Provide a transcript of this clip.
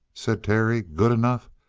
said terry. good enough?